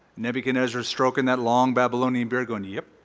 nebuchadnezzar stroking that long babylonian beard going, yep.